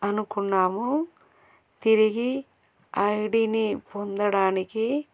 అనుకున్నాము తిరిగి ఐడిని పొందడానికి